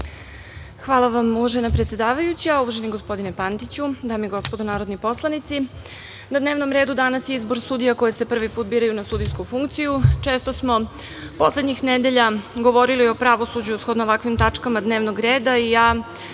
Hvala vam, uvažena predsedavajuća. Uvaženi gospodine Pantiću, dame i gospodo narodni poslanici, na dnevnom redu danas je izbor sudija koje se prvi put biraju na sudijsku funkciju. Često smo poslednjih nedelja govorili o pravosuđu, shodno ovakvim tačkama dnevnog reda, i ja